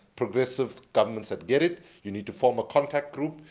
progressive governments that get it, you need to form a contact group,